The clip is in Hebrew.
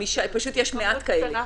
פשוט יש מעט כאלה.